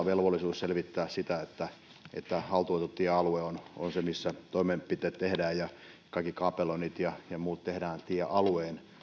velvollisuus selvittää se että haltuun otettu tiealue on se missä toimenpiteet tehdään ja kaikki kaapeloinnit ja muut tehdään tiealueen